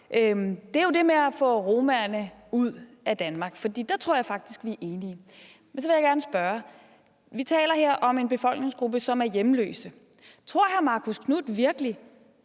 om, er det med at få romaerne ud af Danmark, for der tror jeg faktisk vi er enige. Men så vil jeg gerne spørge: Vi taler her om en befolkningsgruppe, som er hjemløse, og tror hr. Marcus Knuth virkelig,